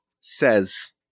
says